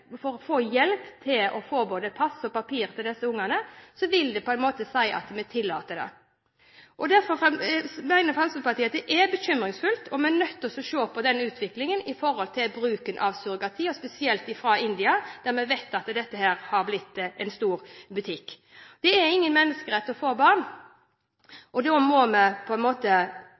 for å få hjelp til å få både pass og papir til disse barna, vil det på en måte si at vi tillater det. Derfor mener Fremskrittspartiet at det er bekymringsfullt, og vi er nødt til å se på utviklingen i bruken av surrogati – og spesielt fra India, der vi vet at dette har blitt en stor butikk. Det er ingen menneskerett å få barn, og da må vi passe på